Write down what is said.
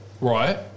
Right